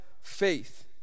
faith